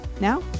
Now